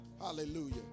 Hallelujah